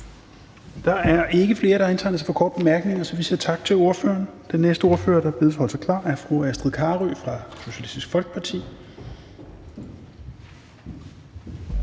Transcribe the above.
Der er ikke flere, der har indtegnet sig for korte bemærkninger, så vi siger tak til ordføreren. Den næste ordfører, der bedes holde sig klar, er fru Astrid Carøe fra Socialistisk Folkeparti.